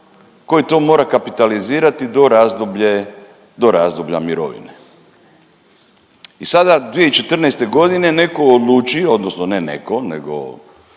koji to mora kapitalizirati do razdoblje, do razdoblja mirovine. I sada 2014. godine netko odluči odnosno ne netko nego